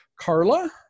Carla